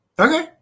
Okay